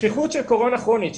השכיחות של קורונה כרונית,